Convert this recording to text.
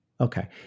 Okay